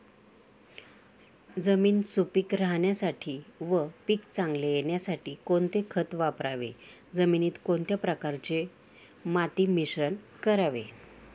जमीन सुपिक राहण्यासाठी व पीक चांगले येण्यासाठी कोणते खत वापरावे? जमिनीत कोणत्या प्रकारचे माती मिश्रण करावे?